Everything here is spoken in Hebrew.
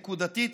נקודתית,